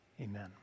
Amen